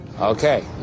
okay